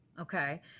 Okay